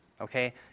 okay